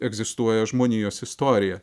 egzistuoja žmonijos istorija